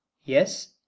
yes